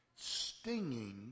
stinging